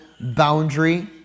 boundary